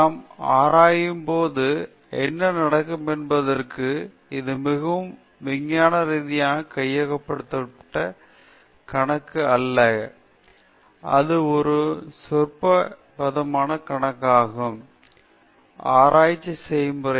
நாம் ஆராயும் போது என்ன நடக்கும் என்பதற்கு இது மிகவும் விஞ்ஞானரீதியாக வகைப்படுத்தப்பட்ட கணக்கு அல்ல அது ஒரு சொற்பதமான கணக்காகும் ஆராய்ச்சி செயல்முறை